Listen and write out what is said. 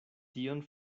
tion